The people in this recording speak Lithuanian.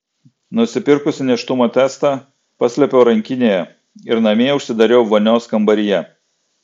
nusipirkusi nėštumo testą paslėpiau rankinėje ir namie užsidariau vonios kambaryje